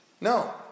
No